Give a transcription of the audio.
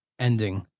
ending